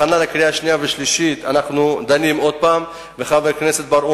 אנחנו דנים בזה שוב בהכנה לקריאה השנייה והשלישית,